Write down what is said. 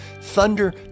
Thunder